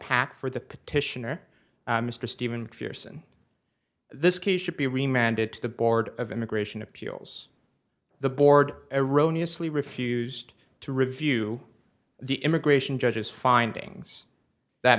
pack for the petitioner mr stephen fierce in this case should be reminded to the board of immigration appeals the board erroneously refused to review the immigration judge's findings that